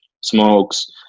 smokes